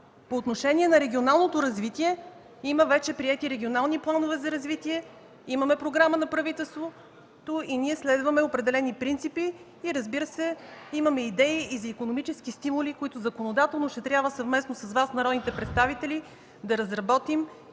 По отношение на регионалното развитие има вече приети регионални планове за развитие, имаме програма на правителството и ние следваме определени принципи и, разбира се, имаме идеи и за икономически стимули, които законодателно ще трябва съвместно с Вас, народните представители, да разработим